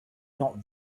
not